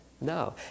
No